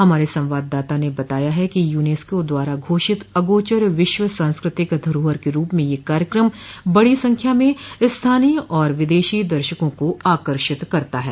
हमारे संवाददाता ने बताया है कि यूनेस्को द्वारा घोषित अगोचर विश्व सांस्कृतिक धरोहर के रूप में यह कार्यक्रम बड़ी संख्या में स्थानीय और विदेशी दर्शकों को आकर्षित करता है